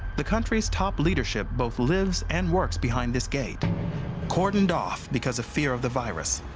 the country's top leadership both lives and works behind this gate cordoned off because of fear of the virus.